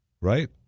Right